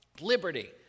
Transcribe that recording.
liberty